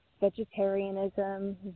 Vegetarianism